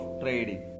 trading